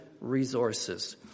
resources